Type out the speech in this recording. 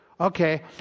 Okay